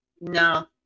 No